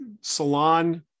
salon